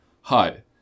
HUD